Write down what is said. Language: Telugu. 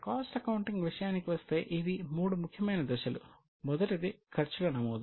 ఇప్పుడు కాస్ట్ అకౌంటింగ్ విషయానికి వస్తే ఇవి మూడు ముఖ్యమైన దశలు మొదటిది ఖర్చుల నమోదు